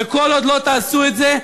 וכל עוד לא תעשו את זה,